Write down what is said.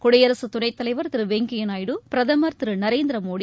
குடியரசு துணைத்தலைவர் திரு வெங்கையா நாயுடு பிரதமர் திரு நரேந்திர மோடி